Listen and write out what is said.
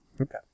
Okay